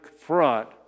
front